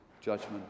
judgment